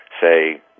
say